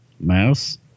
Mouse